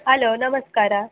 hello ನಮಸ್ಕಾರ